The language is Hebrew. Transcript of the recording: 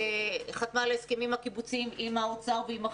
ההסכמים הקיבוציים עם האוצר ועם החינוך,